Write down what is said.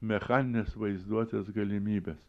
mechaninės vaizduotės galimybes